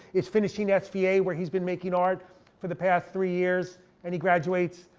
is finishing yeah sva where he's been making art for the past three years, and he graduates.